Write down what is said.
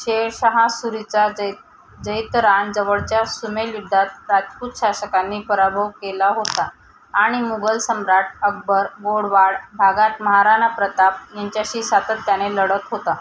शेर शहा सुरीचा जै जैतरान जवळच्या सुमेल युद्धात राजपूत शासकांनी पराभव केला होता आणि मुघल सम्राट अकबर गोडवाड भागात महाराणा प्रताप यांच्याशी सातत्याने लढत होता